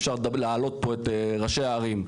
אפשר להעלות פה את ראשי הערים.